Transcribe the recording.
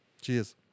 cheers